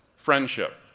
friendship,